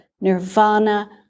nirvana